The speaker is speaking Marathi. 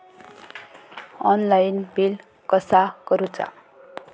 ऑनलाइन बिल कसा करुचा?